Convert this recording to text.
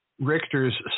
Richter's